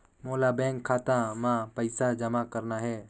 मोला बैंक खाता मां पइसा जमा करना हे?